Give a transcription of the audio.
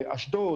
אשדוד,